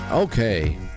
Okay